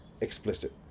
explicit